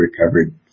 recovered